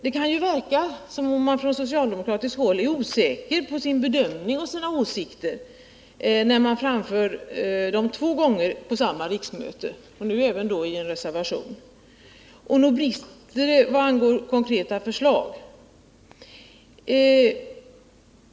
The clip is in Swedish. Det kan verka som om man på socialdemokratiskt håll är osäker om sin bedömning och sina åsikter, när man framför dem två gånger på samma riksmöte, nu även i en reservation. Nog brister det i vad angår konkreta förslag.